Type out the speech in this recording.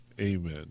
amen